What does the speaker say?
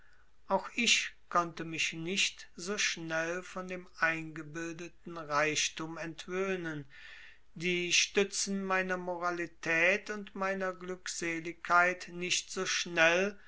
auch ich konnte mich nicht so schnell von dem eingebildeten reichtum entwöhnen die stützen meiner moralität und meiner glückseligkeit nicht so schnell